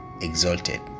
exalted